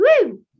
Woo